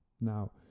now